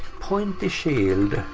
pointy shield?